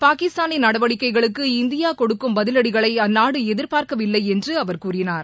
பாகிஸ்தானின் நடவடிக்கைகளுக்கு இந்தியா கொடுக்கும் பதிலடிகளை அந்நாடு எதிர்பார்க்கவில்லை என்று அவர் கூறினார்